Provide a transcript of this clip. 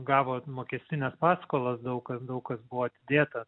gavot mokestines paskolas daug kas daug kas buvo atidėta